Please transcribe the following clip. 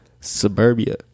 suburbia